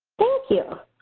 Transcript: thank you.